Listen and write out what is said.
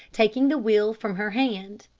taking the wheel from her hand.